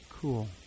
Cool